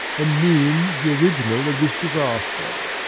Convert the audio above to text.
and means, the original of this disaster.